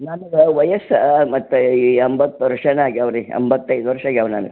ನನ್ಗೆ ವಯಸ್ಸಾ ಮತ್ತೆ ಈ ಎಂಬತ್ತು ವರ್ಷನೆ ಆಗ್ಯಾವೆ ರೀ ಎಂಬತ್ತೈದು ವರ್ಷ ಆಗ್ಯಾವೆ ನನ್ಗೆ